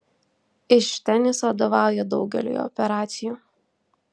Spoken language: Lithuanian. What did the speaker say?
iš ten jis vadovauja daugeliui operacijų